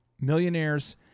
millionaires